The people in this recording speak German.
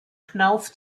knauf